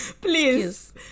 Please